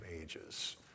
ages